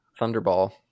Thunderball